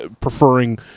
preferring